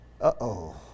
Uh-oh